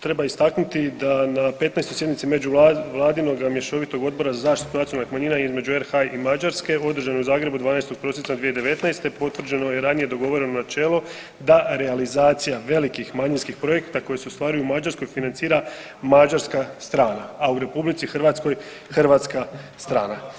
treba istaknuti da na 15. sjednici međuvladinog mješovitog Odbora za zaštitu nacionalnih manjina između RH i Mađarske održan u Zagrebu 12. prosinca 2019. potvrđeno je i ranije dogovoreno načelo da realizacija velikih manjinskih projekata koji se ostvaruju u Mađarskoj financira mađarska strana, a u RH hrvatska strana.